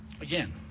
Again